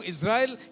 Israel